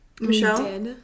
michelle